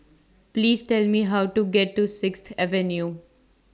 Please Tell Me How to get to Sixth Avenue